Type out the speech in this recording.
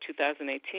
2018